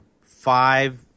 five